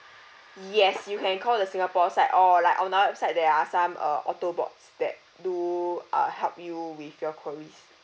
yes you can call the singapore side or like on our website there are some uh autobots that do uh help you with your queries